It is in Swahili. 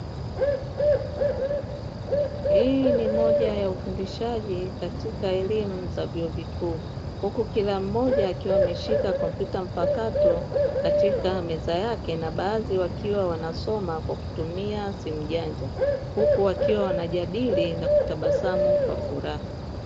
Hii ni moja ya ufundishaji katika elimu za vyuo vikuu, huku kila mmoja akiwa ameshika kompyuta mpakato katika meza yake na baadhi wakiwa wanasoma kwa kutumia simujanja, huku wakiwa wanajadili na kutabasamu kwa furaha.